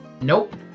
Nope